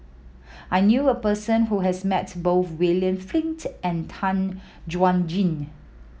I knew a person who has met both William Flint and Tan Chuan Jin